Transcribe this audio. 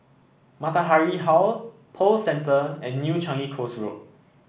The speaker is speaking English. Matahari Hall Pearl Centre and New Changi Coast Road